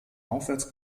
aufwärts